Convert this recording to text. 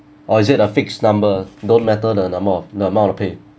or is it a fixed number no matter the number of the amount of pay